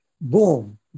boom